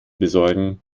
besorgen